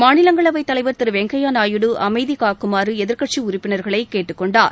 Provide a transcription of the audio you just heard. மாநிலங்களவை தலைவர் திரு வெங்கப்யா நாயுடு அமைதி காக்குமாறு எதிர்கட்சி உறுப்பினர்களை கேட்டுக்கொண்டார்